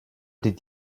did